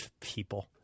People